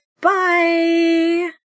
Bye